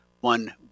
one